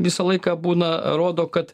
visą laiką būna rodo kad